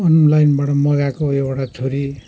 अनलाइनबड मगाएको एउटा छुरी